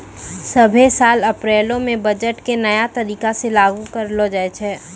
सभ्भे साल अप्रैलो मे बजट के नया तरीका से लागू करलो जाय छै